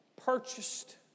Purchased